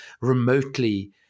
remotely